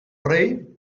rei